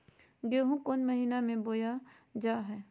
गेहूँ कौन महीना में बोया जा हाय?